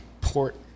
port